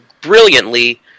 brilliantly